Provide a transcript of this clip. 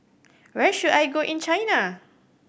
where should I go in China